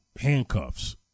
handcuffs